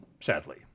sadly